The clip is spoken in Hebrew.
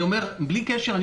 בלי קשר,